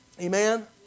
Amen